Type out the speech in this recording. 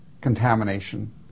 contamination